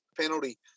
penalty